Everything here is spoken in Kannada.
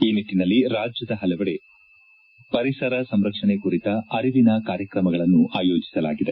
ಈ ನಿಟ್ಟನಲ್ಲಿ ರಾಜ್ಯದ ಪಲವೆಡೆ ಪರಿಸರ ಸಂರಕ್ಷಣೆ ಕುರಿತ ಅರಿವಿನ ಕಾರ್ಯಕ್ರಮಗಳನ್ನು ಆಯೋಜಿಸಲಾಗಿದೆ